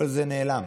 כל זה נעלם.